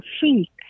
feet